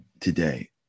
Today